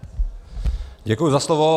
Děkuji za slovo.